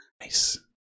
Nice